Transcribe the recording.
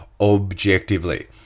objectively